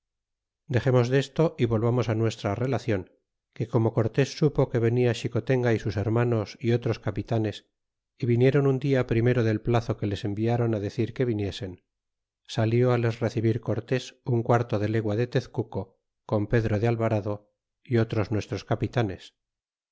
contrarios dexemos desto y volvamos nuestra relacion que como cortés supo que venia xicotenga y sus hermanos y otros capitanes é vinieron un dia primero del plazo que les enviaron decir que viniesen salió les recebir cortés un quarto de legua de tezcuco con pedro de alvarado y otros nuestros capitanes